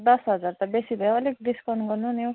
दस हजार त बेसी भयो हौ अलिक डिसकाउन्ट गर्नु नि हौ